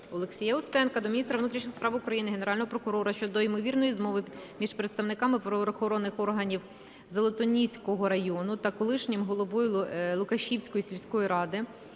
Олексія Устенка до міністра внутрішніх справ України, Генерального прокурора щодо ймовірної змови між представниками правоохоронних органів Золотоніського району та колишнім головою Лукашівської сільської ради